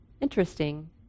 interesting